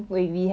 oh